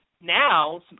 now